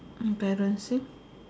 embarrassing